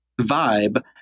vibe